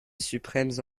suprêmes